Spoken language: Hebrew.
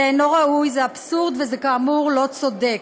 זה אינו ראוי, זה אבסורד, וזה כאמור לא צודק.